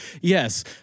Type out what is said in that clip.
yes